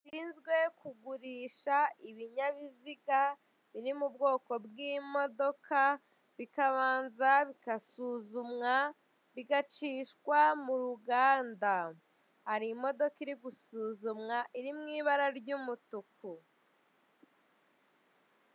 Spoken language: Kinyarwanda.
Bishinzwe kugurisha ibinyabiziga biri mu bwoko bw'imodoka, bikabanza bigaduzumwa bigacishwa mu ruganda, hari imodoka iri gusuzumwa iri mu ibara ry'umutuku.